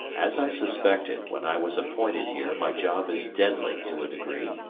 as i suspected when i was appointed here, my job is deadly to a degree,